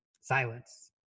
Silence